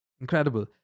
Incredible